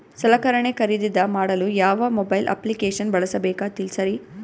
ಸಲಕರಣೆ ಖರದಿದ ಮಾಡಲು ಯಾವ ಮೊಬೈಲ್ ಅಪ್ಲಿಕೇಶನ್ ಬಳಸಬೇಕ ತಿಲ್ಸರಿ?